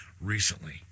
recently